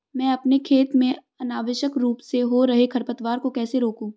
मैं अपने खेत में अनावश्यक रूप से हो रहे खरपतवार को कैसे रोकूं?